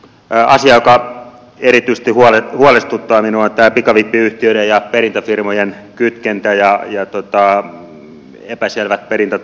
asia joka erityisesti huolestuttaa on pikavippiyhtiöiden ja perintäfirmojen kytkentä ja epäselvät perintätavat